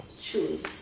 choose